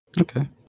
Okay